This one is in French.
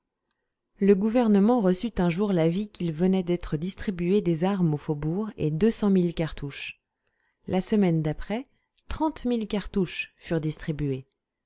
le gouvernement reçut un jour l'avis qu'il venait d'être distribué des armes au faubourg et deux cent mille cartouches la semaine d'après trente mille cartouches furent distribuées